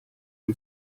due